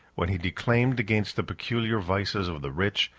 when he declaimed against the peculiar vices of the rich,